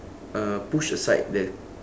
uh push aside the